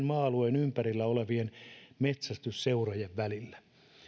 maa alueen ympärillä olevien metsästysseurojen välillä